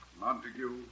Montague